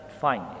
fine